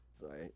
Sorry